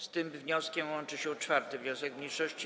Z tym wnioskiem łączy się 4. wniosek mniejszości.